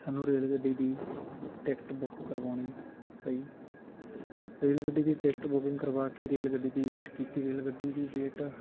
ਸਾਨੂੰ ਰੇਲ ਗੱਡੀ ਦੀ ਟਿਕਟ ਬੁੱਕ ਕਰਵਾਉਣੀ ਪਈ ਰੇਲ ਗੱਡੀ ਦੀ ਟਿਕਟ ਬੁਕਿੰਗ ਕਰਵਾ ਕੇ ਰੇਲ ਗੱਡੀ ਦੀ ਵੇਟ ਕੀਤੀ ਰੇਲ ਗੱਡੀ ਦੀ ਵੇਟ